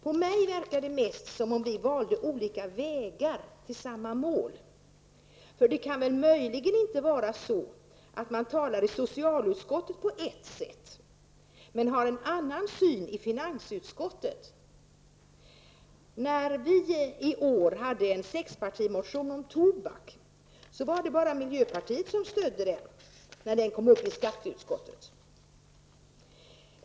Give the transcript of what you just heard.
För mig verkar det mest som om vi valde olika vägar till samma mål. Men det kan väl inte möjligen vara så, att man talar på ett sätt i socialutskottet men har en annan syn i finansutskottet? När det i år väcktes en sexpartimotion om tobak, var det bara miljöpartiet som stödde den när den behandlades i skatteutskottet.